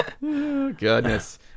Goodness